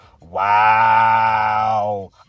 Wow